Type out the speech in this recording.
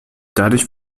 dadurch